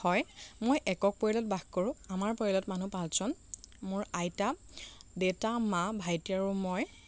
হয় মই একক পৰিয়ালত বাস কৰোঁ আমাৰ পৰিয়ালত মানুহ পাঁচজন মোৰ আইতা দেউতা মা ভাইটি আৰু মই